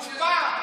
חוצפה.